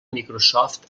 microsoft